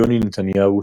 יוני נתניהו,